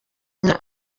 nka